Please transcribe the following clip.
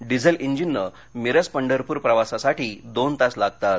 diesel इंजिननं मिरज पंढरपूर प्रवासासाठी दोन तास लागतात